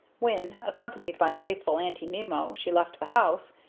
when, accompanied by faithful aunty nimmo, she left the house,